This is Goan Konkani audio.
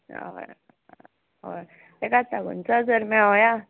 होय होय ताकाच सांगूनी चल चल मेवोया